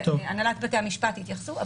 שהנהלת בתי המשפט יתייחסו.